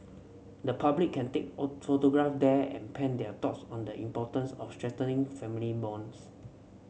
the public can take photographs there and pen their thoughts on the importance of strengthening family bonds